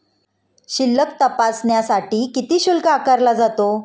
शिल्लक तपासण्यासाठी किती शुल्क आकारला जातो?